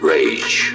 Rage